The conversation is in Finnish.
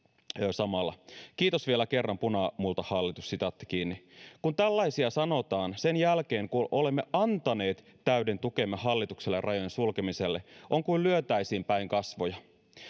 samalla kiitos vielä kerran punamultahallitus kun tällaisia sanotaan sen jälkeen kun olemme antaneet täyden tukemme hallitukselle ja rajojen sulkemiselle on kuin lyötäisiin päin kasvoja